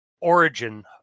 origin